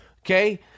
Okay